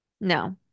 No